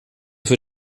für